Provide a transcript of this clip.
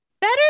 Better